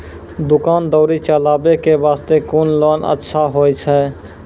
दुकान दौरी चलाबे के बास्ते कुन लोन अच्छा होय छै?